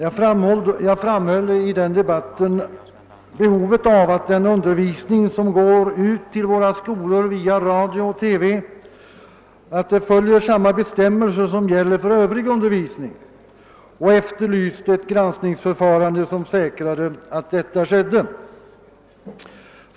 I interpellationsdebatten framhöll jag att den undervisning som går ut till våra skolor via radio och TV bör följa samma bestämmelser som gäller för övrig undervisning, och jag efterlyste ett granskningsförfarande som säkrade att så blev fallet.